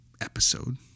episode